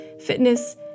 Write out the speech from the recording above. fitness